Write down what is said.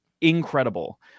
incredible